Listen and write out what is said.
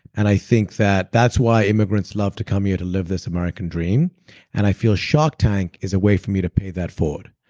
and i think that that's why immigrants love to come here to live this american dream and i feel shark tank is a way for me to pay that forward.